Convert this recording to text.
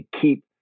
keep